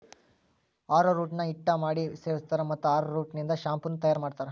arrowroot ನ ಹಿಟ್ಟ ಮಾಡಿ ಸೇವಸ್ತಾರ, ಮತ್ತ ಅರೋರೂಟ್ ನಿಂದ ಶಾಂಪೂ ನು ತಯಾರ್ ಮಾಡ್ತಾರ